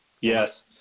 Yes